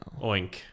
Oink